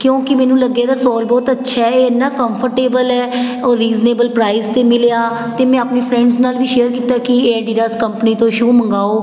ਕਿਉਂਕਿ ਮੈਨੂੰ ਲੱਗਿਆ ਇਹਦਾ ਸੋਲ ਬਹੁਤ ਅੱਛਾ ਹੈ ਇਹ ਇੰਨਾ ਕੰਫਰਟੇਬਲ ਹੈ ਉਹ ਰੀਜਨੇਬਲ ਪ੍ਰਾਈਜ਼ 'ਤੇ ਮਿਲਿਆ ਅਤੇ ਮੈਂ ਆਪਣੇ ਫਰੈਂਡਸ ਨਾਲ ਵੀ ਸ਼ੇਅਰ ਕੀਤਾ ਕਿ ਏਡੀਡਾਸ ਕੰਪਨੀ ਤੋਂ ਸ਼ੂ ਮੰਗਵਾਓ